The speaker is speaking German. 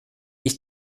ich